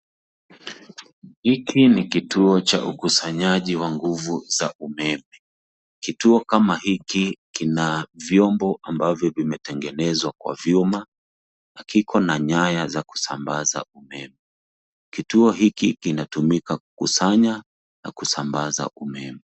Hiki ni kituo cha ukusanyaji wa nguvu za umeme. Kituo kama hiki kina vyombo ambavyo vimetengenezwa kwa vyuma na kiko na nyaya za kusambaza umeme. Kituo hiki kinatumika kukusanya na kusambaza umeme .